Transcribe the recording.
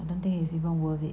and the thing is even worth it